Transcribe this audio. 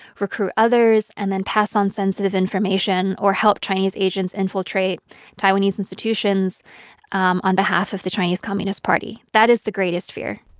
recruit others and then pass on sensitive information or help chinese agents infiltrate taiwanese institutions um on behalf of the chinese communist party. that is the greatest fear